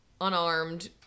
unarmed